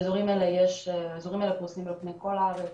האזורים האלה פרוסים על פני כל הארץ,